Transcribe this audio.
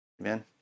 Amen